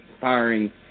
firing